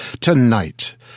Tonight